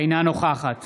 אינה נוכחת